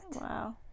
Wow